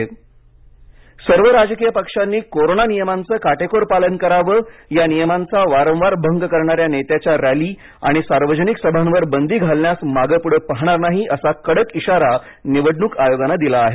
निवडणक आयोग सर्व राजकीय पक्षांनी कोरोना नियमांचं काटेकोर पालन करावं या नियमांचा वारंवार भंग करणाऱ्या नेत्याच्या रॅली आणि सार्वजनिक सभांवर बंदी घालण्यास मागेपुढे पाहणार नाही असा कडक इशारा निवडणूक आयोगानं दिला आहे